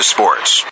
Sports